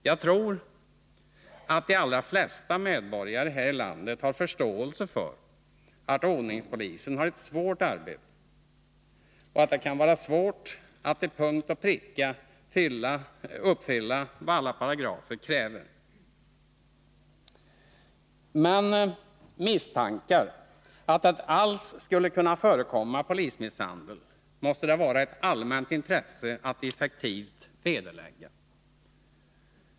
Jag tror att de allra flesta medborgare här i landet har förståelse för att ordningspolisen har ett besvärligt arbete och att det kan vara svårt att till punkt och pricka uppfylla vad alla paragrafer kräver, men misstankar att det alls skulle kunna förekomma polismisshandel måste det vara ett allmänt intresse att effektivt vederlägga.